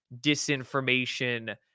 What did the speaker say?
disinformation